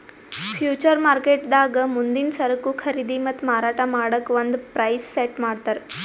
future ಮಾರ್ಕೆಟ್ದಾಗ್ ಮುಂದಿನ್ ಸರಕು ಖರೀದಿ ಮತ್ತ್ ಮಾರಾಟ್ ಮಾಡಕ್ಕ್ ಒಂದ್ ಪ್ರೈಸ್ ಸೆಟ್ ಮಾಡ್ತರ್